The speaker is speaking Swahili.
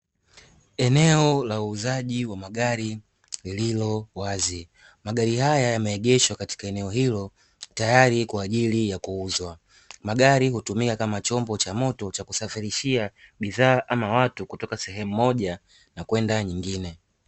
Eneo la uuzaji wa magari lillilowazi magari haya yameegeshwa katika eneo hilo tayari kwa ajili ya kuuzwa, magari hutumika kama chombo cha moto cha kusafirishia bidhaa au watu kutoka sehemu moja kwenda nyingine.